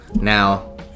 now